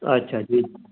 अछा जी